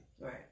Right